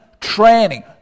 training